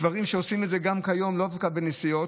אלה דברים שעושים גם כיום, לאו דווקא בנסיעות,